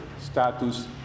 status